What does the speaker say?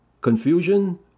confusion